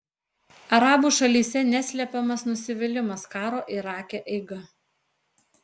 arabų šalyse neslepiamas nusivylimas karo irake eiga